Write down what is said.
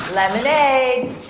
Lemonade